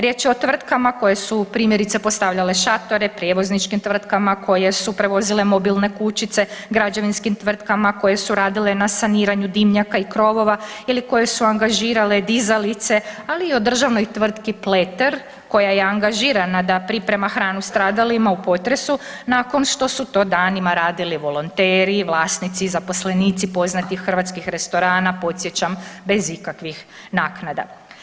Riječ je o tvrtkama koje su primjerice postavljale šatore, prijevozničkim tvrtkama koje su prevozile mobilne kućice, građevinskim tvrtkama koje su radile na saniranju dimnjaka i krovova ili koje su angažirale dizalice ali i o državnoj tvrtki Pleter koja je angažirana da priprema hranu stradalima u potresu nakon što su to danima radili volonteri i vlasnici i zaposlenici poznatih hrvatskih restorana podsjećam bez ikakvih naknada.